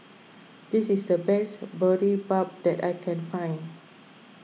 this is the best Boribap that I can find